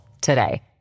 today